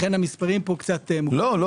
לא.